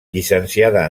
llicenciada